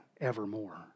evermore